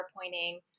pointing